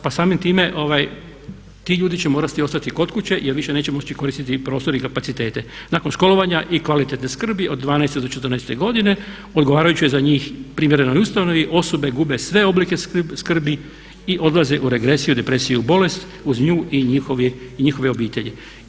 Pa samim time ti ljudi će morati ostati kod kuće jer više neće moći koristiti prostor i kapacitete nakon školovanja i kvalitetne skrbi od 12 do 14 godine odgovarajućoj za njoj primjernoj ustanovi osobe gube sve oblike skrbi i odlaze u regresiju, depresiju u bolest uz njih i njihove obitelji.